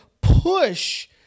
push